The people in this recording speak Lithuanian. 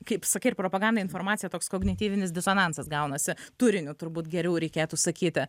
kaip sakai ir propaganda informacija toks kognityvinis disonansas gaunasi turiniu turbūt geriau reikėtų sakyti